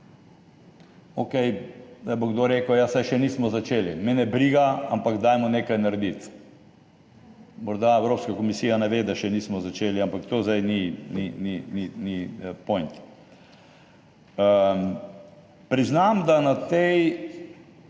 Okej, zdaj bo kdo rekel, ja saj še nismo začeli. Me ne briga, ampak dajmo nekaj narediti. Morda Evropska komisija ne ve, da še nismo začeli, ampak to zdaj ni point. Priznam, da sem